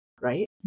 right